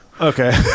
okay